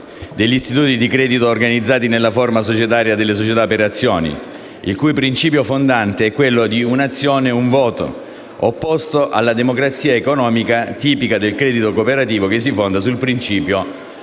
degli istituti di credito organizzati nella forma societaria delle società per azioni, il cui principio fondante (un'azione, un voto) è opposto alla democrazia economica tipica del credito cooperativo, che si fonda sul principio del